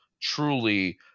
truly